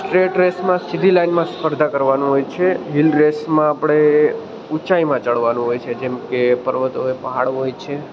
straight રેસમાં સીધી લાઈનમાં સ્પર્ધા કરવાનું હોય છે હિલ રેસમાં આપણે ઊંચાઈમાં ચડવાનું હોય છે જેમકે પર્વત હોય પહાડ હોય છે